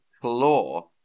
claw